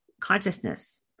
consciousness